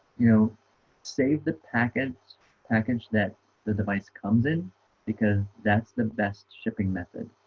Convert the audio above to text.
you know save the package package that the device comes in because that's the best shipping method